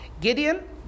Gideon